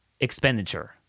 expenditure